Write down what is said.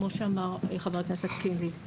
כמו שאמר חבר הכנסת קינלי,